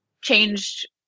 changed